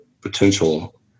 potential